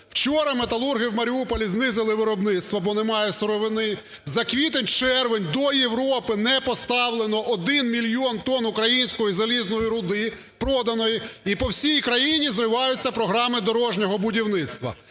Вчора металурги у Маріуполі знизили виробництво, бо немає сировини, за квітень-червень до Європи не поставлено 1 мільйон тонн української залізної руди, проданої, і по всій країні зриваються програми дорожнього будівництва.